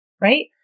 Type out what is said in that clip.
right